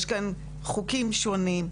יש כאן חוקים שונים.